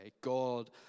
God